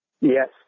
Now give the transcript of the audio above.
Yes